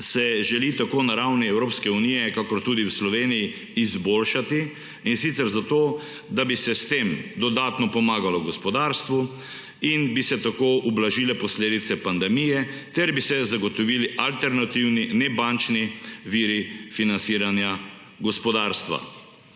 se želi tako na ravni EU kakor tudi v Sloveniji izboljšati, in sicer zato da bi se s tem dodatno pomagalo gospodarstvu in bi se tako ublažile posledice pandemije ter bi se zagotovili alternativni nebančni viri financiranja gospodarstva.